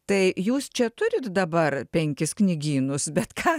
tai jūs čia turit dabar penkis knygynus bet ką